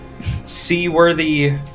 seaworthy